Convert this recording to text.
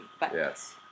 Yes